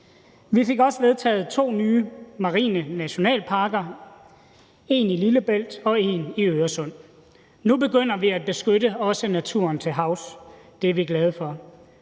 Vi fik også vedtaget to nye marine nationalparker – en i Lillebælt og en i Øresund. Nu begynder vi også at beskytte naturen til havs, og det er vi glade for.